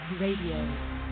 Radio